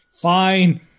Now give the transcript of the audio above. Fine